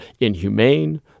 inhumane